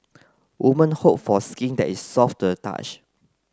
women hope for skin that is soft the touch